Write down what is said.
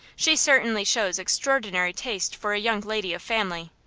she certainly shows extraordinary taste for a young lady of family.